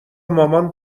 مامان